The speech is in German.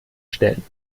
stellen